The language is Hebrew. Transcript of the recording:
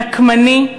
נקמני,